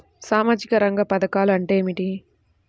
సామాజిక రంగ పధకాలు అంటే ఏమిటీ?